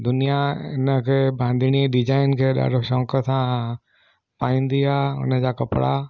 दुनिया इन खे बांधणी डिज़ाइन खे ॾाढो शौक़ सां पाईंदी ख़े उन जा कपिड़ा